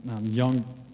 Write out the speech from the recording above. young